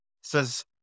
says